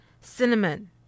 cinnamon